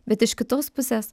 bet iš kitos pusės